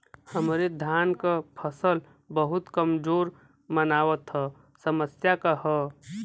हमरे धान क फसल बहुत कमजोर मनावत ह समस्या का ह?